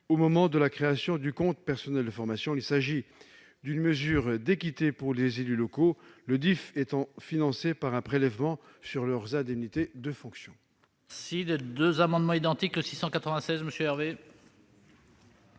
au moment de la création du compte personnel de formation. Il s'agit d'une mesure d'équité pour les élus locaux, le DIF étant financé par un prélèvement sur leurs indemnités de fonction. Les deux amendements suivants sont identiques.